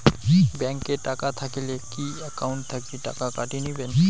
Bank এ টাকা থাকিলে কি একাউন্ট থাকি টাকা কাটি নিবেন?